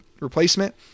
replacement